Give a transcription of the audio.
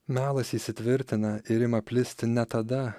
melas įsitvirtina ir ima plisti ne tada